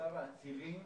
שמצב העצירים